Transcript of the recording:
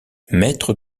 maître